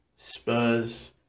Spurs